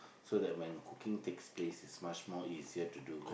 so that when cooking takes place it's much more easier to do